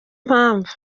impamvu